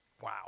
Wow